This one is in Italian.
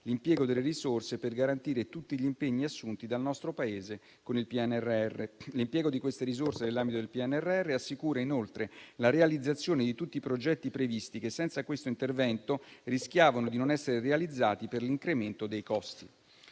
l'impiego delle risorse per garantire tutti gli impegni assunti dal nostro Paese con il PNRR. L'impiego di queste risorse nell'ambito del PNRR assicura, inoltre, la realizzazione di tutti i progetti previsti, che, senza questo intervento, rischiavano di non essere realizzati per l'incremento dei costi.